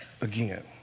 again